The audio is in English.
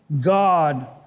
God